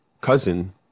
cousin